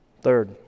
Third